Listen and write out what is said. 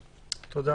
תודה.